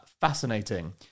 fascinating